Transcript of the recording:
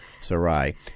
Sarai